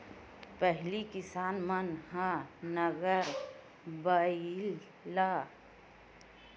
पहिली किसान मन ह नांगर बइला म खेत किसानी करय अब आधुनिक दौरा के चलत टेक्टरे म सब काम ल करे बर धर ले हवय